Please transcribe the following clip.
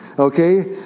Okay